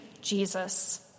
Jesus